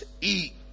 eat